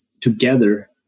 together